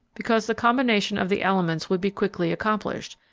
because the combination of the elements would be quickly accomplished,